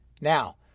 Now